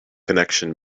connection